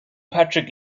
patrick